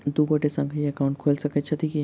दु गोटे संगहि एकाउन्ट खोलि सकैत छथि की?